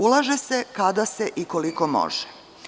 Ulaže se kada se i koliko može.